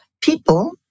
people